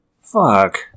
Fuck